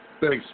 Thanks